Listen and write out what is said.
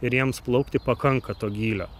ir jiems plaukti pakanka to gylio